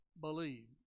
believe